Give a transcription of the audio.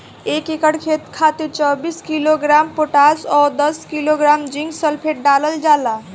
एक एकड़ खेत खातिर चौबीस किलोग्राम पोटाश व दस किलोग्राम जिंक सल्फेट डालल जाला?